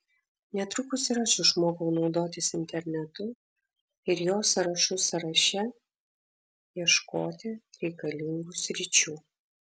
netrukus ir aš išmokau naudotis internetu ir jo sąrašų sąraše ieškoti reikalingų sričių